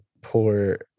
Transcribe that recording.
poor